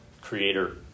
creator